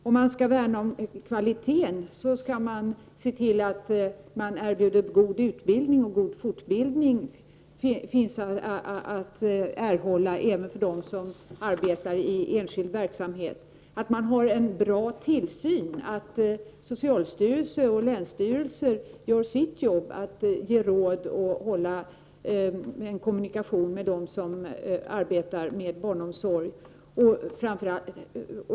Om vi skall värna om kvaliteten måste vi se till att vi kan erbjuda god utbildning och fortbildning -- även för dem som arbetar i enskild verksamhet -- att vi har en bra tillsyn, att socialstyrelsen och länsstyrelser sköter sitt arbete med att ge råd och ha en kommunikation med dem som arbetar inom barnomsorgen.